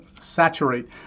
saturate